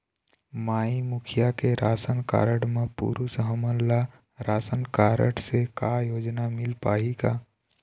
माई मुखिया के ration card म पुरुष हमन ला रासनकारड से का योजना मिल पाही का?